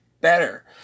better